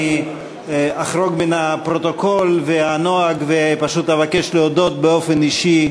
אני אחרוג מהפרוטוקול והנוהג ופשוט אבקש להודות באופן אישי,